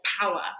power